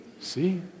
See